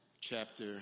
chapter